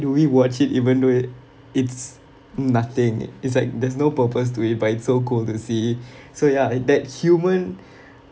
do we watch it even though it it's nothing it's like there's no purpose to it but it's so cool to see so ya it that human